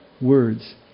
words